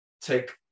take